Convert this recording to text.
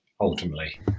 ultimately